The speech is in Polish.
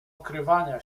okrywania